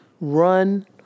run